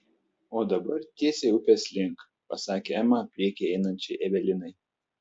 o dabar tiesiai upės link pasakė ema priekyje einančiai evelinai